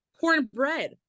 Cornbread